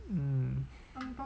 mm